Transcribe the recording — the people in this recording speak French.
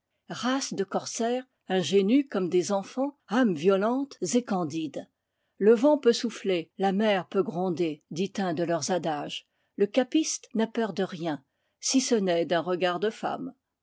race de corsaires ingénus comme des enfants âmes violentes et candides le vent peut souffler la mer peut gronder dit un de leurs adages le gapiste n'a peur de rien si ce n'est d'un regard de femme